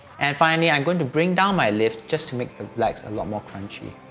and finally, i'm going to bring down my lift just to make the blacks a lot more crunchy.